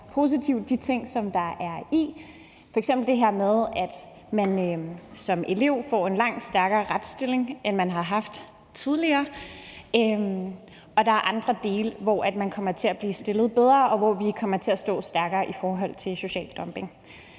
positive ting, som er i det. F.eks. det her med, at man som elev får en langt stærkere retsstilling, end man har haft tidligere, og der er andre dele, hvor man kommer til at blive stillet bedre, og hvor vi kommer til at stå stærkere i forhold til social dumping.